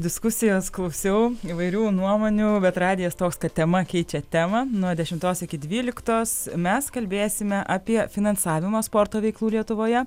diskusijas klausiau įvairių nuomonių bet radijas toks kad tema keičia temą nuo dešimtos iki dvyliktos mes kalbėsime apie finansavimą sporto veiklų lietuvoje